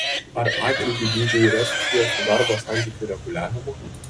ar atlygių dydžiai yra susiję su darbo santykių reguliavimu